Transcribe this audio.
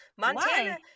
montana